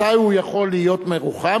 מתי הוא יכול להיות מרוחם?